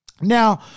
Now